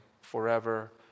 forever